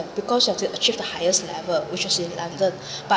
because you have to achieve the highest level which is in london but